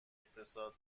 اقتصاد